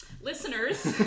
Listeners